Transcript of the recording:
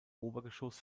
obergeschoss